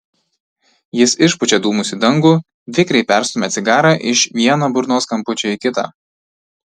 jis išpučia dūmus į dangų vikriai perstumia cigarą iš vieno burnos kampučio į kitą